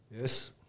Yes